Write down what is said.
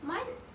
mine